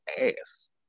ass